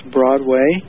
Broadway